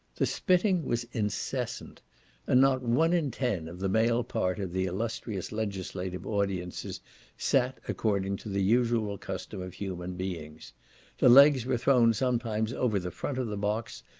the spitting was incessant and not one in ten of the male part of the illustrious legislative audiences sat according to the usual custom of human beings the legs were thrown sometimes over the front of the box,